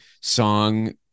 song